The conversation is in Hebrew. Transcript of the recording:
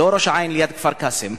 לא ראש-העין ליד כפר-קאסם.